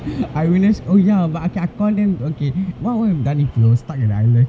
I will just oh ya okay but I call then okay what would you have done if we were stuck in that island